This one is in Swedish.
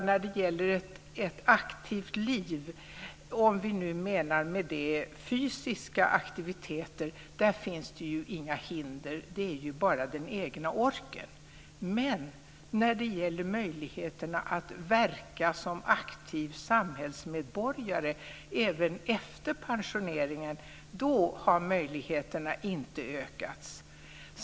När det gäller ett aktivt liv om vi med det menar fysiska aktiviteter finns det ju inga hinder - bara den egna orken. Men när det gäller möjligheterna att verka som en aktiv samhällsmedborgare även efter pensioneringen har möjligheterna inte ökats.